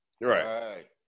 Right